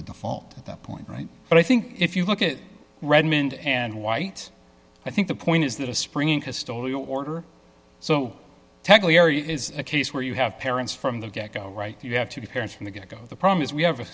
the default at that point right but i think if you look at redmond and white i think the point is that a springing custodial order so is a case where you have parents from the get go right you have to be parents from the get go the problem is we have